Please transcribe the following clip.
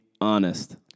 honest